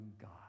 God